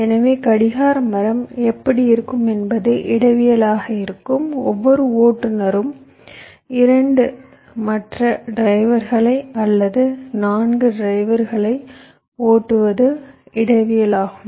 எனவே கடிகார மரம் எப்படி இருக்கும் என்பது இடவியலாக இருக்கும் ஒவ்வொரு ஓட்டுநரும் 2 மற்ற டிரைவர்களை அல்லது 4 டிரைவர்களை ஓட்டுவது இடவியல் ஆகும்